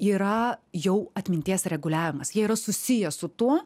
yra jau atminties reguliavimas jie yra susiję su tuo